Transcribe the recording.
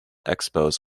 expos